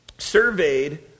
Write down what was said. surveyed